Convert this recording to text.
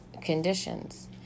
conditions